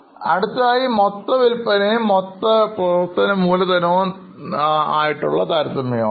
അടുത്തതായി മൊത്തം വിൽപ്പനയും മൊത്തം പ്രവർത്തനം മൂലധനവും ആയുള്ള താരതമ്യം ആണ്